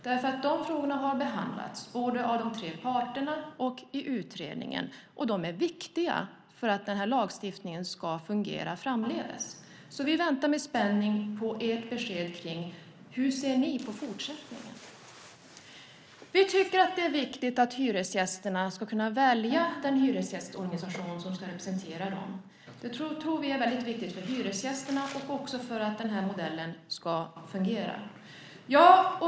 De här frågorna har behandlats både av de tre parterna och i utredningen, och de är viktiga för att lagstiftningen ska fungera framdeles. Vi väntar med spänning på ert besked om hur ni ser på fortsättningen. Vi tycker att det är viktigt att hyresgästerna ska kunna välja den hyresgästorganisation som ska representera dem. Vi tror att det är väldigt viktigt för hyresgästerna och för att den här modellen ska fungera.